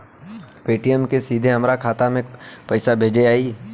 Paytm से सीधे हमरा खाता मे पईसा कइसे आई?